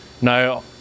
Now